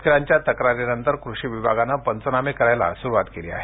शेतकऱ्यांच्या तक्रारीनंतर कृषी विभागाने पंचनामे करायला सुरुवात केली आहे